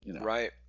Right